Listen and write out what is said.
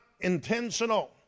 intentional